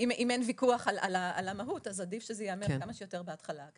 אין ויכוח על המהות אז עדיף שזה ייאמר כמה שיותר בהתחלה,